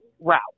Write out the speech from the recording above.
route